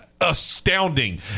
astounding